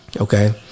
Okay